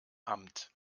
amt